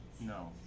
No